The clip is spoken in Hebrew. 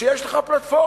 כשיש לך פלטפורמה.